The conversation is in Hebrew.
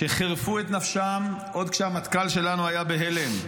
שחירפו את נפשם עוד כשהמטכ"ל שלנו היה בהלם,